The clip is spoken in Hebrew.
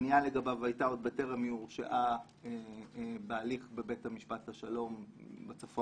שהפנייה לגביו היתה עוד בטרם היא הורשעה בהליך בבית המשפט השלום בצפון,